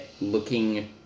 looking